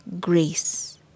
grace